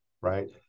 right